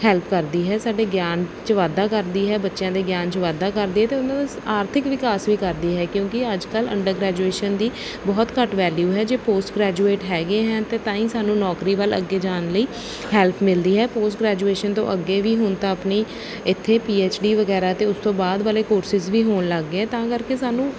help ਕਰਦੀ ਹੈ ਸਾਡੇ ਗਿਆਨ 'ਚ ਵਾਧਾ ਕਰਦੀ ਹੈ ਬੱਚਿਆਂ ਦੇ ਗਿਆਨ 'ਚ ਵਾਧਾ ਕਰਦੀ ਹੈ ਅਤੇ ਉਹਨਾਂ ਦਾ ਆਰਥਿਕ ਵਿਕਾਸ ਵੀ ਕਰਦੀ ਹੈ ਕਿਉਂਕਿ ਅੱਜ ਕੱਲ੍ਹ ਅੰਡਰ ਗ੍ਰੈਜੂਏਸ਼ਨ ਦੀ ਬਹੁਤ ਘੱਟ ਵੈਲਿਊ ਹੈ ਜੇ ਪੋਸਟ ਗ੍ਰੈਜੂਏਟ ਹੈਗੇ ਹੈ ਅਤੇ ਤਾਂ ਹੀ ਸਾਨੂੰ ਨੌਕਰੀ ਵੱਲ ਅੱਗੇ ਜਾਣ ਲਈ ਹੈਲਪ ਮਿਲਦੀ ਹੈ ਪੋਸਟ ਗ੍ਰੈਜੂਏਸ਼ਨ ਤੋਂ ਅੱਗੇ ਵੀ ਹੁਣ ਤਾਂ ਆਪਣੀ ਇੱਥੇ ਪੀ ਐਚ ਡੀ ਵਗੈਰਾ ਅਤੇ ਉਸ ਤੋਂ ਬਾਅਦ ਵਾਲੇ ਕੋਰਸਿਸ ਵੀ ਹੋਣ ਲੱਗ ਗਏ ਤਾਂ ਕਰਕੇ ਸਾਨੂੰ